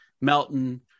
Melton